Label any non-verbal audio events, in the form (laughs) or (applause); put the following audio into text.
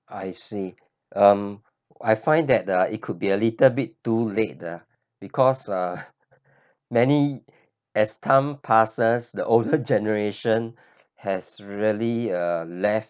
I see um I find that uh it could be a little bit too late ah because uh (breath) many as time passes the older generation (laughs) has rarely err left